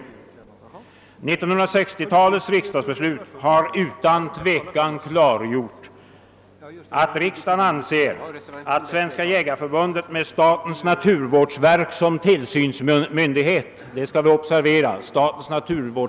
1960-talets beslut i riksdagen har utan tvekan klargjort att riksdagen anser att Svenska jägareförbundet med statens naturvårdsverk — låt oss observera det!